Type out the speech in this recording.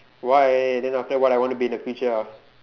why then after what I want to be in the future ah